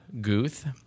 Guth